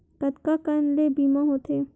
कतका कन ले बीमा होथे?